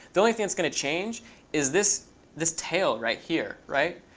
the only thing that's going to change is this this tail right here, right?